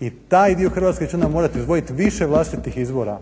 i taj dio Hrvatske će onda morati izdvojit više vlastitih izvora